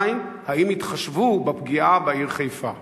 2. האם התחשבו בפגיעה בעיר חיפה?